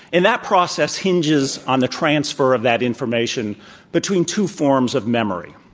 and that process hinges on the transfer of that information between two forms of memory.